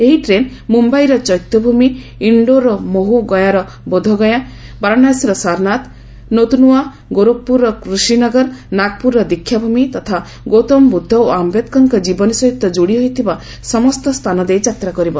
ଏହି ଟ୍ରେନ ମୁମ୍ବାଇର ଚୈତ୍ୟଭୂମି ଇଣ୍ଡୋରର ମୋହୁ ଗୟାର ବୋଧଗୟା ବାରଣାସୀର ସାରନାଥ ନୌତନୁୱା ଗୌରଖପୁରର କୃଷିନଗର ନାଗପୁରର ଦିକ୍ଷାଭୂମି ତଥା ଗୌତମବୁଦ୍ଧ ଓ ଆୟେଦକରଙ୍କ ଜୀବନୀ ସହିତ ଯୋଡି ହୋଇଥିବା ସମସ୍ତ ସ୍ଥାନ ଦେଇ ଯାତ୍ରା କରିବ